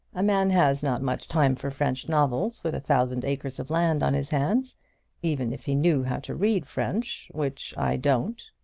a man has not much time for french novels with a thousand acres of land on his hands even if he knew how to read french, which i don't.